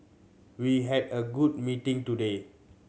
we had a good meeting today